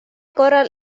korral